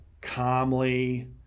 calmly